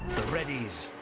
the readies,